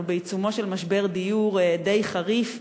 אנחנו בעיצומו של משבר דיור די חריף,